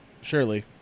Surely